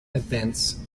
events